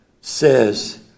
says